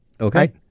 Okay